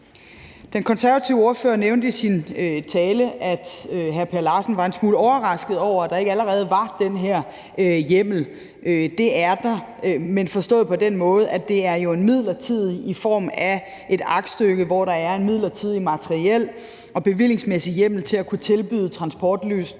Den konservative ordfører, hr. Per Larsen, nævnte i sin tale, at han var en smule overrasket over, at der ikke allerede var den her hjemmel. Det er der, men det er jo forstået på den måde, at det er midlertidigt i form af et aktstykke, hvor der er en midlertidig materiel og bevillingsmæssig hjemmel til at kunne tilbyde transportløsninger